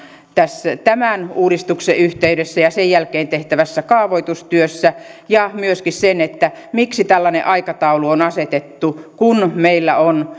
tämän uudistuksen yhteydessä ja sen jälkeen tehtävässä kaavoitustyössä ja myöskin miksi tällainen aikataulu on asetettu kun meillä